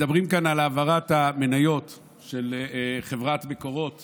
מדברים כאן על העברת המניות של חברת מקורות